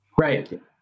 Right